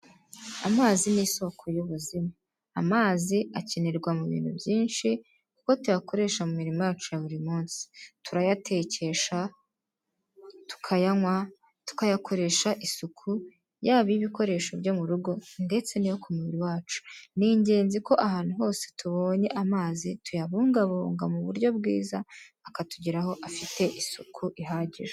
Amazi ni isoko y'ubuzima amazi akenerwa mu bintu byinshi kuko tuyakoresha mu miririmo yacu ya buri munsi turayatekesha, tukayanywa, tukayakoresha isuku yaba ibikoresho byo mu rugo ndetse n'iyo ku mubiri wacu ni ingenzi ko ahantu hose tubonye amazi tuyabungabunga mu buryo bwiza akatugeraho afite isuku ihagije.